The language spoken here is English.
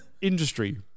Industry